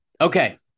okay